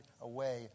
away